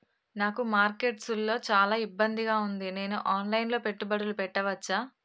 నాకు మార్కెట్స్ లో చాలా ఇబ్బందిగా ఉంది, నేను ఆన్ లైన్ లో పెట్టుబడులు పెట్టవచ్చా?